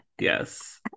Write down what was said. Yes